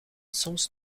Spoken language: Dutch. soms